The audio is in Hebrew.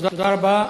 תודה רבה.